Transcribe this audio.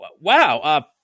Wow